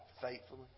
faithfully